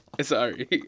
Sorry